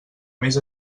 més